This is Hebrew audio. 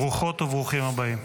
ברוכות וברוכים הבאים.